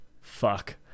fuck